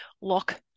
lock